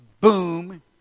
boom